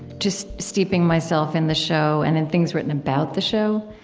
just steeping myself in the show, and then things written about the show.